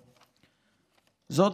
זאת,